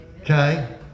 Okay